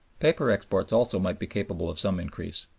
paper exports also might be capable of some increase.